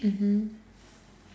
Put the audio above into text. mmhmm